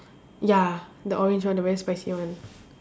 ya the orange one the very spicy one